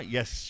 Yes